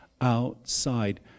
outside